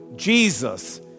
Jesus